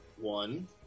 One